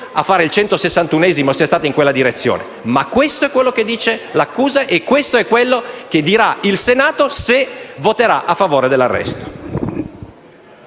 dei 161 voti sia stato dato in quella direzione, ma questo è quello che dice l'accusa e questo è quello che dirà il Senato se voterà a favore dell'arresto.